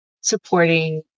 supporting